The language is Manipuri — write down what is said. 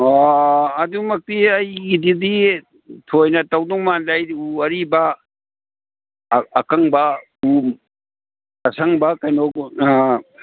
ꯑꯣ ꯑꯗꯨꯃꯛꯇꯤ ꯑꯩꯒꯤꯗꯗꯤ ꯊꯣꯏꯅ ꯇꯧꯗꯣꯏ ꯃꯥꯟꯗꯦ ꯑꯩꯗꯤ ꯎ ꯑꯔꯤꯕ ꯑꯀꯪꯕ ꯎ ꯑꯁꯪꯕ ꯀꯩꯅꯣ